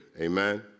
Amen